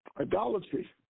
idolatry